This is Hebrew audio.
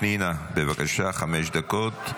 פנינה, בבקשה, חמש דקות.